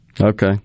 Okay